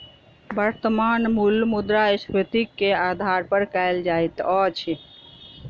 वर्त्तमान मूल्य मुद्रास्फीति के आधार पर कयल जाइत अछि